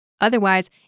Otherwise